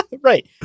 Right